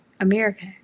America